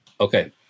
Okay